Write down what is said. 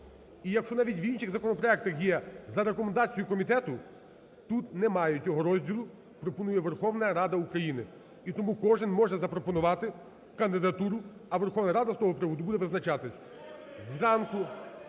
І якщо навіть в інших законопроектах є "за рекомендацією комітету", тут немає цього розділу "Пропонує Верховна рада України". І тому кожен може запропонувати кандидатуру, а Верховна Рада з того приводу буде визначатись. Зранку,